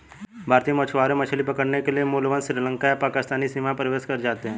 भारतीय मछुआरे मछली पकड़ने के लिए भूलवश श्रीलंका या पाकिस्तानी सीमा में प्रवेश कर जाते हैं